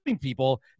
people